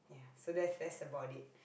so that's that's about it